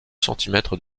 centimètres